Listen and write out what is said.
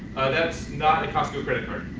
ah, that's not a costco credit card.